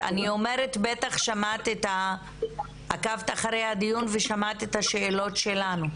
כן.